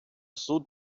суд